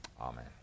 Amen